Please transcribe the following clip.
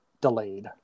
delayed